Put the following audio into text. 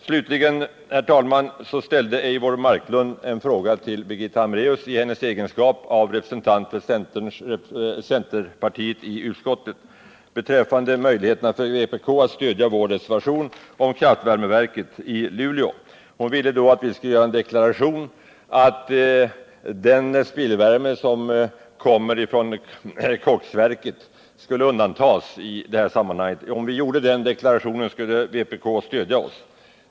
Slutligen, herr talman, ställde Eivor Marklund en fråga till Birgitta Hambraeus — i hennes egenskap av representant för centerpartiet i utskottet — beträffande möjligheterna för vpk att stödja vår reservation om kraftvärmeverket i Luleå. Hon ville då att vi skulle göra en deklaration om att den spillvärme som kommer från koksverket skulle undantas i det här sammanhanget. Om vi gjorde den deklarationen, skulle vpk stödja oss.